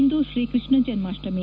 ಇಂದು Shri Krishna Janmashtami